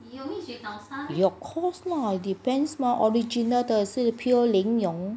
of course lah depends lah original 的是 pure 莲蓉